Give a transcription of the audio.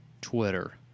twitter